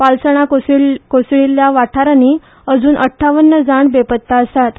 पालसणा कोसळील्ल्या वाठारानी अजुन अठ्ठावन्न जाण बेपत्ता आसात